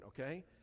okay